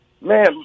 Man